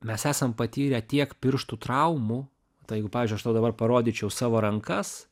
mes esam patyrę tiek pirštų traumų tai jeigu pavyzdžiui aš tau dabar parodyčiau savo rankas